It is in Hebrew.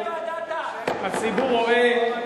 הציבור רואה,